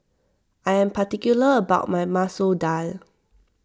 I am particular about my Masoor Dal